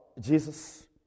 Jesus